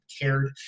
cared